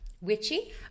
Witchy